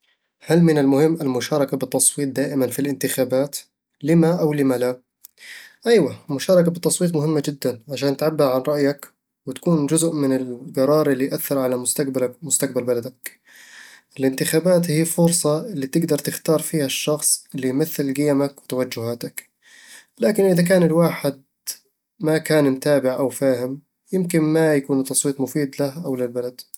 هل من المهم المشاركة بالتصويت دائمًا في الانتخابات؟ لِمَ أو لِمَ لا؟ ايوه، المشاركة بالتصويت مهمة جدًا، عشان تعبر عن رأيك وتكون جزء من القرار اللي يأثر على مستقبلك ومستقبل بلدك الانتخابات هي الفرصة اللي تقدر تختار فيها الشخص اللي يمثل قيمك وتوجهاتك لكن إذا كان الواحد ما كان متابع أو فاهم، يمكن ما يكون التصويت مفيد له أو للبلد